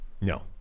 No